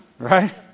Right